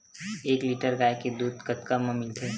एक लीटर गाय के दुध कतका म मिलथे?